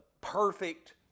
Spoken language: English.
perfect